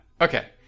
Okay